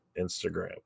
instagram